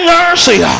mercy